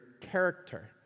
character